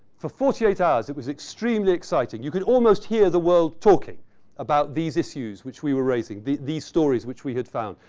for forty eight hours, it was extremely exciting. you could almost hear the world talking about these issues which we were raising, these stories which we had found.